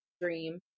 dream